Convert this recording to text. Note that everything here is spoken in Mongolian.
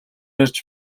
ярьж